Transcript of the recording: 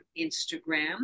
Instagram